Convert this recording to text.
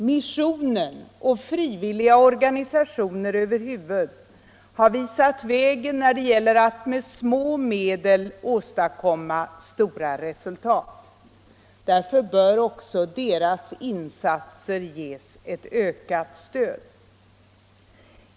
Missionen och frivilliga organisationer över huvud har visat vägen när det gäller att med små medel åstadkomma stora resultat. Därför bör också deras insatser ges ett ökat stöd.